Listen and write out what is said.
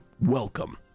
welcome